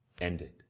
ended